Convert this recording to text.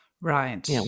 right